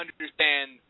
understand